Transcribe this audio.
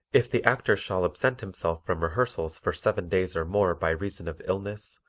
if the actor shall absent himself from rehearsals for seven days or more by reason of illness,